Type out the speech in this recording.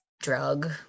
drug